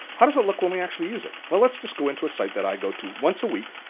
how does it look when we actually use it? well, let's just go into a site that i go to once a week.